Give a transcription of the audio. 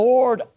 Lord